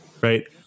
right